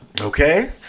okay